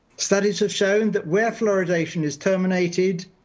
studies have shown that where fluoridation is terminated,